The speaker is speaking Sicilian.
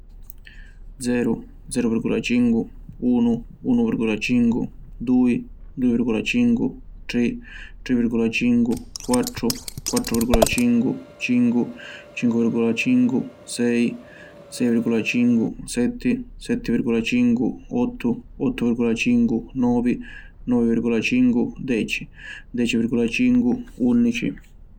Zeru, Zeru virgula cincu, Unu, Unu virgula cincu, Dui, Dui virgula cincu, Tri, Tri virgula cincu, Quattru, Quattru virgula cincu, Cincu, Cincu virgula cincu, Sei, Sei virgula cincu, Setti, Setti virgula cincu, Ottu, Ottu virgula cincu, Novi, Novi virgula cincu, Deci, Deci virgula cincu, Unnici…